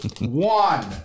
One